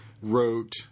wrote